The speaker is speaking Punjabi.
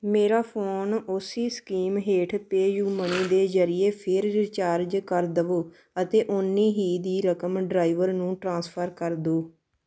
ਮੇਰਾ ਫੋਨ ਉਸੀ ਸਕੀਮ ਹੇਠ ਪੇਅਯੂ ਮਨੀ ਦੇ ਜਰੀਏ ਫਿਰ ਰਿਚਾਰਜ ਕਰ ਦੇਵੋ ਅਤੇ ਉਨੀ ਹੀ ਦੀ ਰਕਮ ਡਰਾਈਵਰ ਨੂੰ ਟ੍ਰਾਂਸਫਰ ਕਰ ਦਿਓ